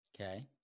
Okay